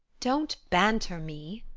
don't banter me,